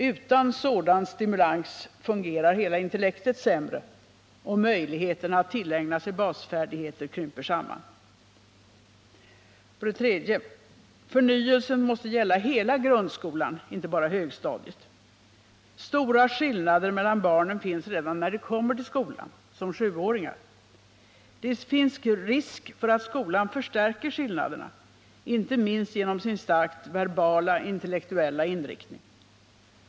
Utan sådan stimulans fungerar hela intellektet sämre, och möjligheterna att tillägna sig basfärdigheter krymper samman. För det tredje: Förnyelsen måste gälla hela grundskolan, inte bara högstadiet. Stora skillnader mellan barnen finns redan när de kommer till skolan som 7-åringar. Det finns risk för att skolan förstärker skillnaderna, inte minst genom sin starkt verbala, intellektuella inriktning.